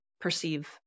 perceive